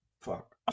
fuck